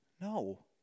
No